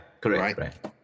correct